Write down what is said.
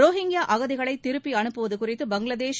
Rohingya அகதிகளை திருப்பி அனுப்புவது குறித்து பங்களாதேஷ்